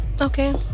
Okay